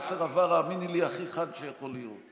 המסר עבר, האמיני לי, הכי חד שיכול להיות.